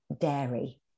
dairy